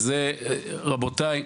רבותיי,